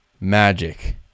Magic